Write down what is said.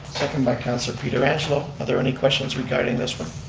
second by councilor pietrangelo. are there any questions regarding this one?